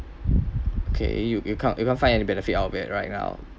okay you you can't can't find any benefit out of it right now